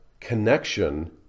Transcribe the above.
connection